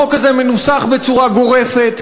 החוק הזה מנוסח בצורה גורפת,